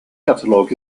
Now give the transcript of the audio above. catalog